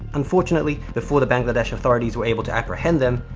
unfortunately, before the bangladesh authorities were able to apprehend them,